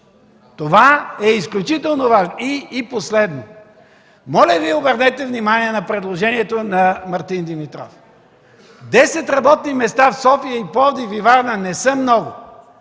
Това е изключително важно! И последно – моля Ви, обърнете внимание на предложението на Мартин Димитров. Десет работни места в София, Пловдив или Варна не са много,